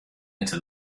into